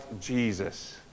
Jesus